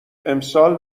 امسال